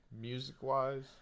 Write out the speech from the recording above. music-wise